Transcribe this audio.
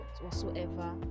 whatsoever